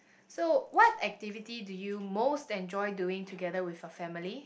so what activity do you most enjoy doing together with your family